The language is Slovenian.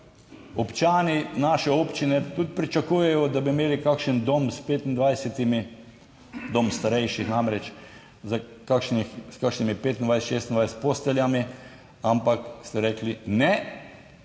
občani naše občine tudi pričakujejo, da bi imeli kakšen dom z letom 2025, dom starejših namreč, s kakšnimi 25, 26 posteljami, ampak ste rekli, "ne,